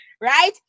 right